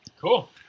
Cool